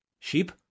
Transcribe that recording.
Sheep